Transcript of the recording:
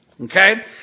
Okay